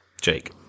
Jake